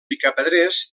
picapedrers